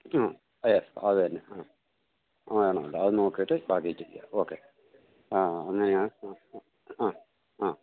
ആ അതെ അതുതന്നെ ആ വേണമല്ലോ അതു നോക്കിയിട്ടു ബാക്കി ചെയ്യാം ഓക്കെ ആ അങ്ങനയാണ് അ അ